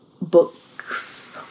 books